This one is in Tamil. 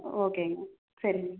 ஓகேங்க சரிங்க